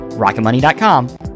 RocketMoney.com